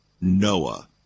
Noah